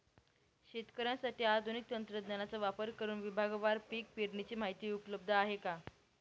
शेतकऱ्यांसाठी आधुनिक तंत्रज्ञानाचा वापर करुन विभागवार पीक पेरणीची माहिती उपलब्ध आहे का?